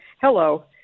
Hello